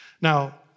Now